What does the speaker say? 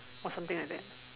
or something like that